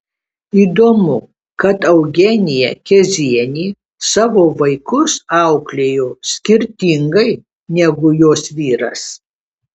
įdomu kad eugenija kezienė savo vaikus auklėjo skirtingai negu jos vyras